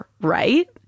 right